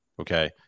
Okay